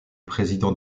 président